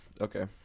okay